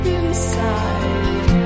inside